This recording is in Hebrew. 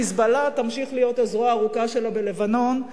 "חיזבאללה" ימשיך להיות הזרוע הארוכה שלה בלבנון,